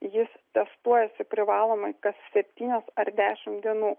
jis testuojasi privalomai kas septynias ar dešimt dienų